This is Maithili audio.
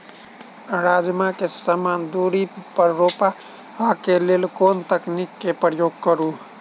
राजमा केँ समान दूरी पर रोपा केँ लेल केँ तकनीक केँ प्रयोग करू?